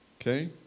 okay